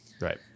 Right